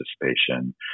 participation